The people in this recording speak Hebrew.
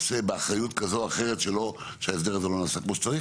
באחריות כזו או אחרת שההסדר הזה לא נעשה כמו שצריך,